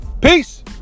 Peace